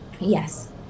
Yes